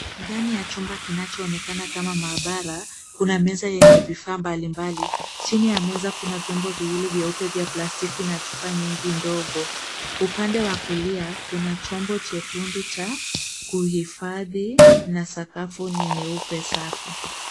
Ndani ya chumba kinachoonekana kama maabara, kuna meza yenye vifaa mbalimbali. Chini ya meza kuna vyombo viwili vyeupe vya plastiki na chupa nyingi ndogo. Upande wa kulia, kuna chombo chekundu cha kuhifadhi na sakafu ni nyeupe safi.